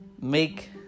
make